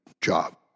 job